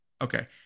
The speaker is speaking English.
Okay